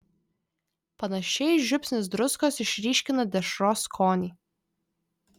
panašiai žiupsnis druskos išryškina dešros skonį